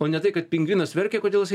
o ne tai kad pingvinas verkia o kodėl jisai